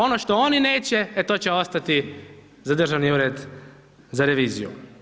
Ono što oni neće e to će ostati za Državni ured za reviziju.